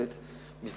1 2. כפי שאמרת,